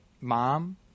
mom